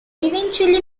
eventually